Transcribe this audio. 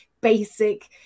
basic